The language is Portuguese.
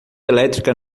elétrica